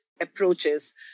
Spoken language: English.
approaches